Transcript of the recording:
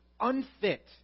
unfit